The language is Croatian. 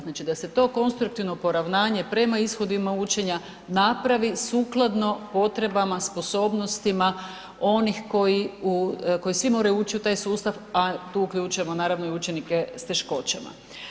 Znači da se to konstruktivno poravnanje prema ishodima učenja napravi sukladno potrebama, sposobnostima onih koji u, koji svi moraju ući u taj sustav, a tu uključujemo naravno i učenike s teškoćama.